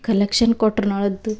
collection ಕೊಟ್ರು ನಳದ್ದು